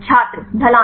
छात्र ढलान